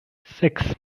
sechs